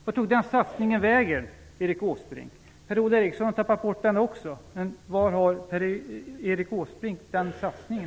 Vart tog den satsningen vägen, Erik Åsbrink? Per-Ola Eriksson har också tappat bort den, men var har Erik Åsbrink den satsningen?